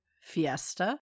fiesta